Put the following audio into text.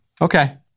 Okay